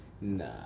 Nah